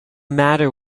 matter